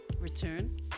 return